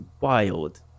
wild